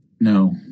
No